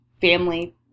family